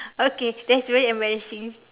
okay that's very embarrassing